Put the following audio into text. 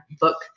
book